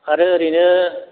आरो ओरैनो